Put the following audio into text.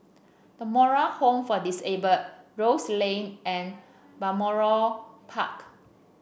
The Moral Home for Disabled Rose Lane and Balmoral Park